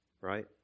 right